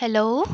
hello